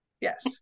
Yes